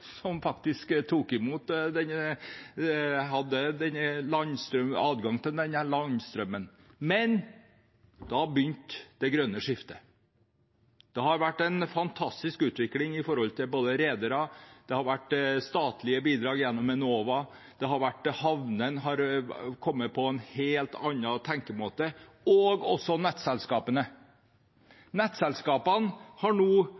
som hadde adgang til denne landstrømmen. Men så begynte det grønne skiftet. Det har vært en fantastisk utvikling blant redere, det har vært statlige bidrag gjennom Enova, havnene har kommet på en helt annen tenkemåte, og også nettselskapene. Nettselskapene har nå